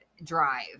drive